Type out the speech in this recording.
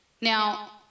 now